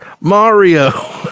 Mario